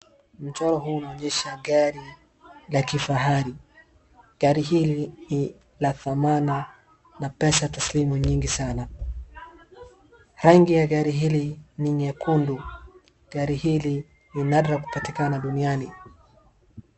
Mchoro huu unaonyesha gari la kifahari. Gari hili ni la thamana na pesa taslimu nyingi sana. Rangi ya gari hili ni nyekundu, gari hili ni nadra kupatikana duniani.